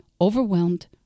overwhelmed